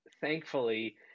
thankfully